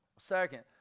second